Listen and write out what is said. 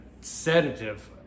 sedative